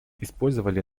использовали